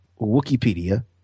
Wikipedia